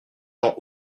gens